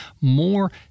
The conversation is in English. more